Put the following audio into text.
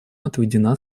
отведена